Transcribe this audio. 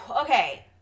Okay